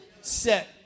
set